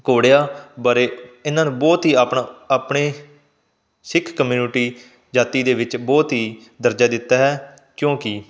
ਘੋੜਿਆਂ ਬਾਰੇ ਇਹਨਾਂ ਨੂੰ ਬਹੁਤ ਹੀ ਆਪਣਾ ਆਪਣੇ ਸਿੱਖ ਕਮਿਊਨਿਟੀ ਜਾਤੀ ਦੇ ਵਿੱਚ ਬਹੁਤ ਹੀ ਦਰਜਾ ਦਿੱਤਾ ਹੈ ਕਿਉਂਕਿ